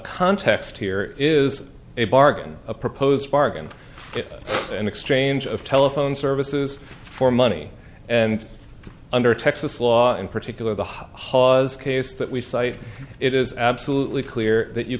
context here is a bargain a proposed bargain an exchange of telephone services for money and under texas law in particular the ha ha's case that we cite it is absolutely clear that you